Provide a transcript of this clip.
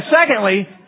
secondly